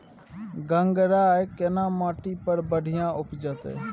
गंगराय केना माटी पर बढ़िया उपजते?